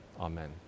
Amen